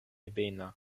ebena